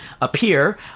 appear